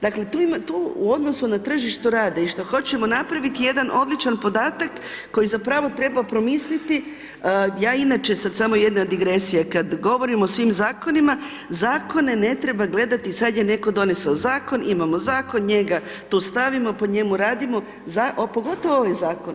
Dakle, tu u odnosu na tržištu rada i što hoćemo napravit jedan odličan podatak, koji zapravo treba promisliti, ja inače sad samo jedna digresija, kad govorim o svim zakonima, zakone ne treba gledati sad je netko doneso zakon, imamo zakon, njega tu stavimo, po njemu radu, pogotovo zakon.